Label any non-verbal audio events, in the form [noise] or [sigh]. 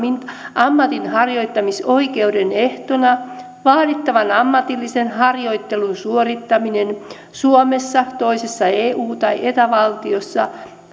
ammatinharjoittamisoikeuden ehtona vaadittavan ammatillisen harjoittelun suorittaminen suomessa toisessa eu tai eta valtiossa [unintelligible]